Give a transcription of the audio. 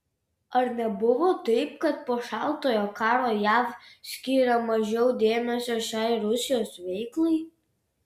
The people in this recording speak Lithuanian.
ar nebuvo taip kad po šaltojo karo jav skyrė mažiau dėmesio šiai rusijos veiklai